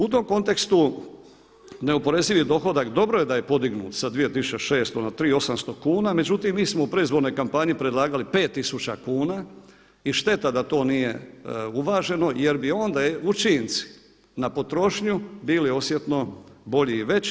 U tom kontekstu neoporezivi dohodak, dobro je da je podignut sa 2600 na 3800 kuna, međutim mi smo u predizbornoj kampanji predlagali 5 tisuća kuna i šteta da to nije uvaženo jer bi onda učinci na potrošnju bili osjetno bolji i veći.